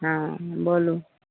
हँ बोलू